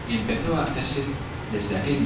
y empezó á hacerse desde aquel